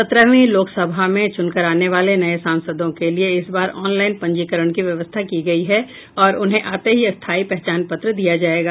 सत्रहवीं लोकसभा में चुनकर आने वाले नये सांसदों के लिए इस बार ऑनलाइन पंजीकरण की व्यवस्था की गयी है और उन्हें आते ही स्थायी पहचान पत्र दिया जायेगा